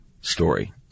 story